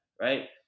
right